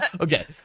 Okay